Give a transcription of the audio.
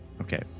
Okay